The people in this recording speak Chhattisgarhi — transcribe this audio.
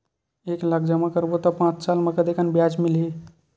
एक लाख जमा करबो त पांच साल म कतेकन ब्याज मिलही?